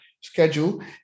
schedule